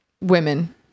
women